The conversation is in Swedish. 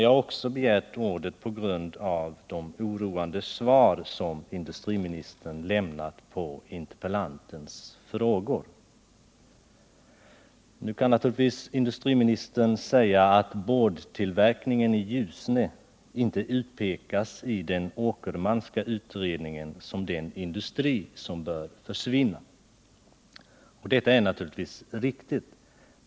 Jag har också begärt ordet på grund av de oroande svar som industriministern lämnat på interpellantens frågor. Nu kan industriministern säga att boardtillverkningen i Ljusne inte utpekas i den Åkermanska utredningen som den industri som bör försvinna. Detta är naturligtvis riktigt.